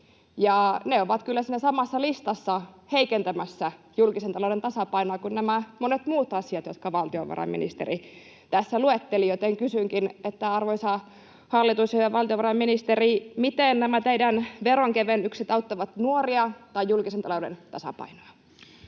ne ovat kyllä heikentämässä julkisen talouden tasapainoa siinä samassa listassa kuin nämä monet muut asiat, jotka valtiovarainministeri tässä luetteli. Kysynkin, arvoisa hallitus ja valtiovarainministeri: miten nämä teidän veronkevennykset auttavat nuoria tai julkisen talouden tasapainoa?